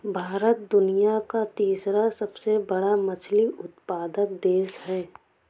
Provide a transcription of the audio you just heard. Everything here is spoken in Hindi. भारत दुनिया का तीसरा सबसे बड़ा मछली उत्पादक देश है